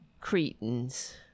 Cretans